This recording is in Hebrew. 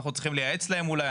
אנחנו צריכים לייעץ להם אולי,